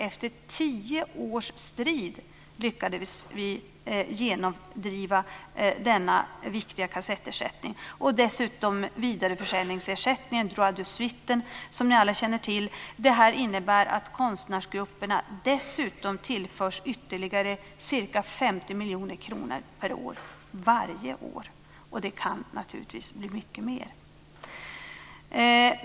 Efter tio års strid lyckades vi genomdriva denna viktiga kassettersättning. Dessutom har vi vidareförsäljningsersättningen, droit de suite, som ni alla känner till. Detta innebär att konstnärsgrupperna dessutom tillförs ytterligare ca 50 miljoner kronor per år varje år. Det kan naturligtvis bli mycket mer.